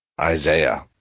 Isaiah